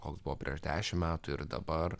koks buvo prieš dešimt metų ir dabar